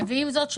עם זאת,